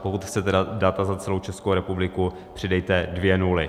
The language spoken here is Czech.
Pokud chcete data za celou Českou republiku, přidejte dvě nuly.